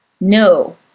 No